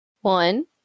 One